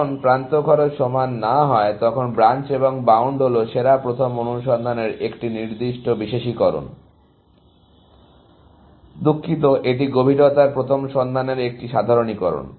যখন প্রান্ত খরচ সমান না হয় তখন ব্রাঞ্চ এবং বাউন্ড হল সেরা প্রথম অনুসন্ধানের একটি নির্দিষ্ট বিশেষীকরণ দুঃখিত এটি গভীরতার প্রথম অনুসন্ধানের একটি সাধারণীকরণ